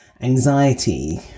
anxiety